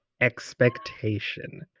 expectation